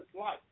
life